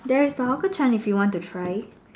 there is the hawker Chinese if you want to try